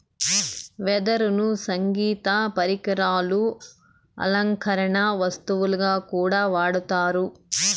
వెదురును సంగీత పరికరాలు, అలంకరణ వస్తువుగా కూడా వాడతారు